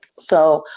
so,